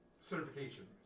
certification